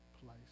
place